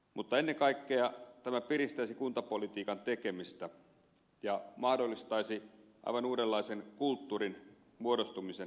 mutta ennen kaikkea tämä piristäisi kuntapolitiikan tekemistä ja mahdollistaisi aivan uudenlaisen kulttuurin muodostumisen päätöksenteossa